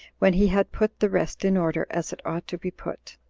when he had put the rest in order, as it ought to be put.